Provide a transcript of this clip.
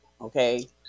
Okay